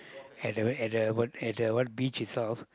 at the way at the what at the what beach itself